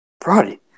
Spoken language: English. Brody